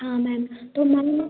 हाँ मैम तो मैम